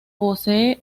posee